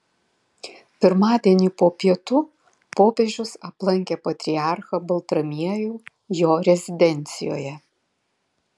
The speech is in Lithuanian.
pirmadienį po pietų popiežius aplankė patriarchą baltramiejų jo rezidencijoje